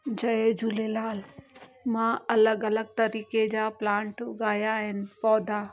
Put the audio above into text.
जय झूलेलाल मां अलॻि अलॻि तरीक़े जा प्लांट उगाया आहिनि पौधा